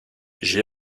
j’ai